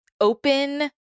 open